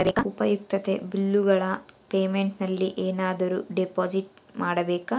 ಉಪಯುಕ್ತತೆ ಬಿಲ್ಲುಗಳ ಪೇಮೆಂಟ್ ನಲ್ಲಿ ಏನಾದರೂ ಡಿಪಾಸಿಟ್ ಮಾಡಬೇಕಾ?